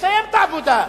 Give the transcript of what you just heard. ונסיים את העבודה.